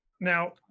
now